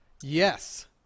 Yes